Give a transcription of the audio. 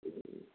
ହୁଁ